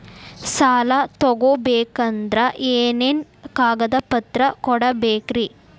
ಸಾಲ ತೊಗೋಬೇಕಂದ್ರ ಏನೇನ್ ಕಾಗದಪತ್ರ ಕೊಡಬೇಕ್ರಿ?